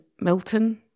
Milton